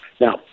Now